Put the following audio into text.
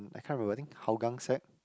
I can't remember I think Hougang sec